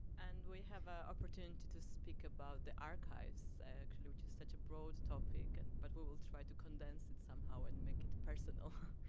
and we have a opportunity to speak about the archives actually, which is such a broad topic, and but we will try to condense it somehow and make it personal.